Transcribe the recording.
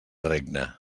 regna